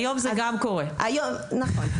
היום זה גם קורה, למי שתוקע בשופר.